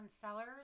Sellers